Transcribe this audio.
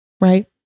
Right